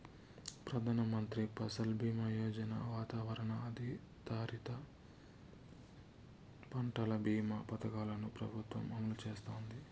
ప్రధాన మంత్రి ఫసల్ బీమా యోజన, వాతావరణ ఆధారిత పంటల భీమా పథకాలను ప్రభుత్వం అమలు చేస్తాంది